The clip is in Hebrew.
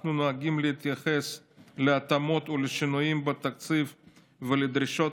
אנחנו נוהגים להתייחס להתאמות ולשינויים בתקציב ולדרישות